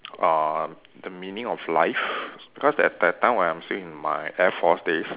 uh the meaning of life because that that time when I was still in my air force days